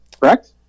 correct